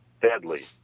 deadly